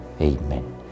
Amen